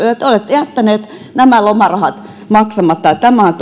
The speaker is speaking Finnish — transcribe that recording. olette jättäneet nämä lomarahat maksamatta tämä on